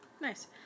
Nice